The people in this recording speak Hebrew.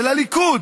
של הליכוד,